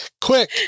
Quick